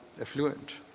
affluent